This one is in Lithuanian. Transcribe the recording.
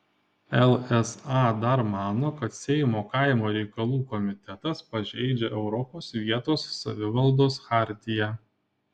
lsa dar mano kad seimo kaimo reikalų komitetas pažeidžia europos vietos savivaldos chartiją